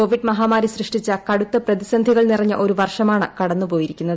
Covid മഹാമാരി സൃഷ്ടിച്ച കടുത്ത പ്രതിസന്ധികൾ നിറഞ്ഞ ഒരു വർഷമാണ് കടന്നു പോയിരിക്കുന്നത്